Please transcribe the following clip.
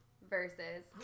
Versus